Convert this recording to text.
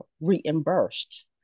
reimbursed